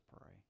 pray